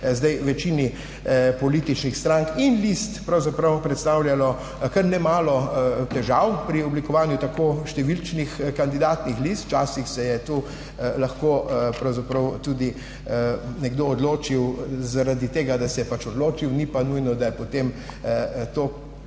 zdaj večini političnih strank in list pravzaprav predstavljalo kar nemalo težav pri oblikovanju tako številnih kandidatnih list. Včasih se je lahko pravzaprav tudi nekdo odločil zaradi tega, da se je pač odločil, ni pa nujno, da je potem